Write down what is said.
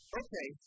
okay